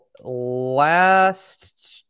last